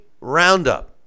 roundup